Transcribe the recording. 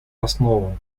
основам